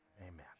Amen